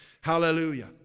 Hallelujah